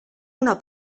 una